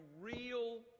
real